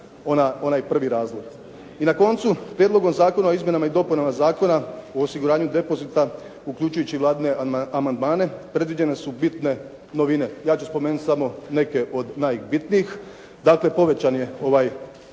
I na koncu, Prijedlogom zakona o izmjenama i dopunama Zakona o osiguranju depozita uključujući i vladine amandmane predviđene su bitne novine. Ja ću spomenuti samo neke od najbitnijih. Dakle, povećan je ovaj